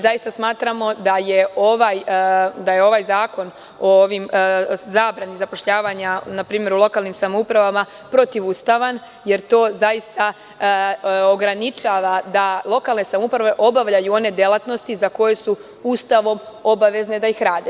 Zaista smatramo da je ovaj Zakona o zabrani zapošljavanja npr. u lokalnim samoupravama protivustavan jer to zaista ograničava da lokalne samouprave obavljaju one delatnosti za koje su Ustavom obavezne da ih rade.